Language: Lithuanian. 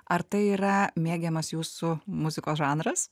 ar tai yra mėgiamas jūsų muzikos žanras